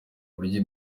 buryo